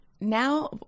Now